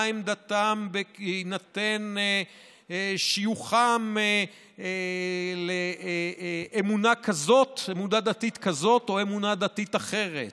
מה עמדתם בהינתן שיוכם לאמונה דתית כזאת או אמונה דתית אחרת.